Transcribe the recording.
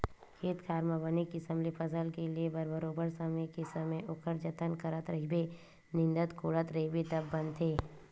खेत खार म बने किसम ले फसल के ले बर बरोबर समे के समे ओखर जतन करत रहिबे निंदत कोड़त रहिबे तब बनथे